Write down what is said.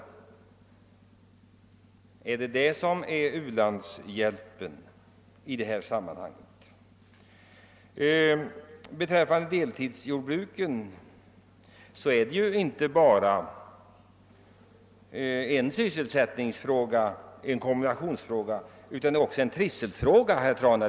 Bara för att vi därifrån skall köpa våra livsmedel? Är det vad man i detta sammanhang avser med u-hjälp? Deltidsjordbruken är inte bara en sysselsättningsfråga utan även en trivselfråga.